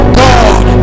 god